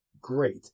great